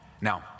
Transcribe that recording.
Now